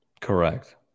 Correct